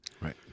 Right